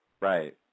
right